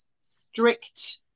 strict